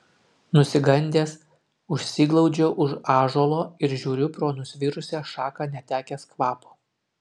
nusigandęs užsiglaudžiau už ąžuolo ir žiūriu pro nusvirusią šaką netekęs kvapo